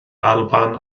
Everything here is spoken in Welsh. alban